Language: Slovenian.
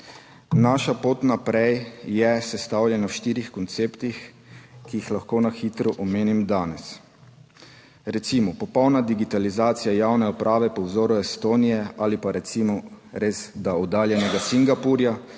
Naša pot naprej je sestavljena v štirih konceptih, ki jih lahko na hitro omenim danes. Recimo, popolna digitalizacija javne uprave po vzoru Estonije ali pa recimo res, da oddaljenega Singapurja,